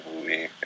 movie